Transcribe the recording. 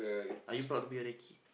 are you proud to be a recce